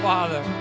Father